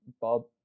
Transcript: bob